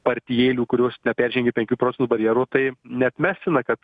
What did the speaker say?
partijėlių kurios neperžengė penkių procentų barjero tai neatmestina kad